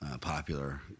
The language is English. popular